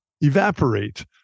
evaporate